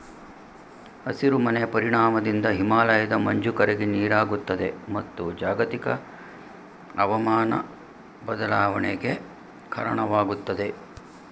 ಹಸಿರು ಮನೆ ಪರಿಣಾಮದಿಂದ ಹಿಮಾಲಯದ ಮಂಜು ಕರಗಿ ನೀರಾಗುತ್ತದೆ, ಮತ್ತು ಜಾಗತಿಕ ಅವಮಾನ ಬದಲಾವಣೆಗೆ ಕಾರಣವಾಗುತ್ತದೆ